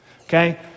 Okay